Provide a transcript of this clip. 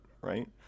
right